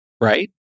right